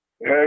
Hey